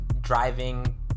driving